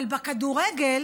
אבל בכדורגל